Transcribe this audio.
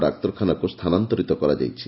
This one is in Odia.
ଡାକ୍ତରଖାନାକୁ ସ୍ଥାନାନ୍ତରିତ କରାଯାଇଛି